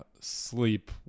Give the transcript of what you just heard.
sleep